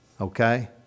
Okay